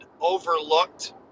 overlooked